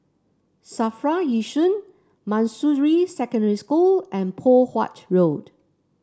Safra Yishun Manjusri Secondary School and Poh Huat Road